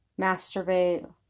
masturbate